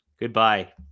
Goodbye